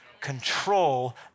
control